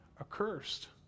accursed